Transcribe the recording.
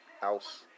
House